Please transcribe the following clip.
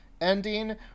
ending